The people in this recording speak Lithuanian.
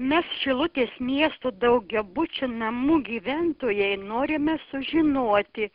mes šilutės miesto daugiabučių namų gyventojai norime sužinoti